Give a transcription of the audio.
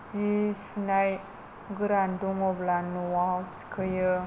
जि सुनाय गोरान दङब्ला न'आव दिखोयो